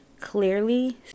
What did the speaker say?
clearly